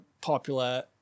popular